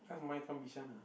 ask Mai come Bishan lah